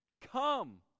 come